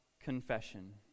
confession